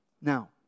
Now